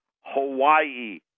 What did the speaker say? Hawaii